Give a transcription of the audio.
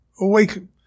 Awaken